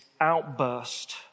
outburst